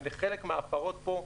הם לחלק מההפרות פה,